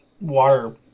water